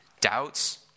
doubts